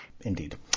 Indeed